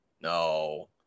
No